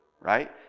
right